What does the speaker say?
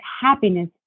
happiness